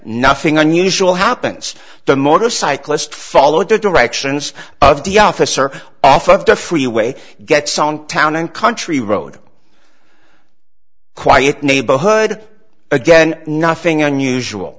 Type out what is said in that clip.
nothing unusual happens the motorcyclist followed the directions of the officer off of the freeway get some town and country road quiet neighborhood again nothing unusual